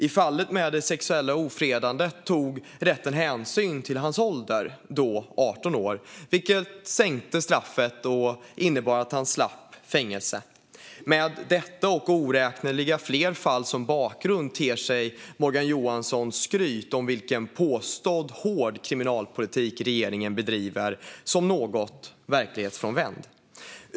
I fallet med det sexuella ofredandet tog rätten hänsyn till hans ålder, då 18 år, vilket sänkte straffet och innebar att han slapp fängelse. Med detta och oräkneliga fler fall som bakgrund ter sig Morgan Johanssons skryt om den påstått hårda kriminalpolitik regeringen bedriver som något verklighetsfrånvänt.